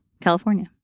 California